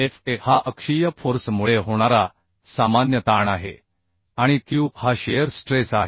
fa हा अक्षीय force मुळे होणारा सामान्य ताण आहे आणि q हा शिअर स्ट्रेस आहे